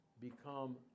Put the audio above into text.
become